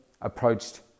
approached